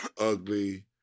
ugly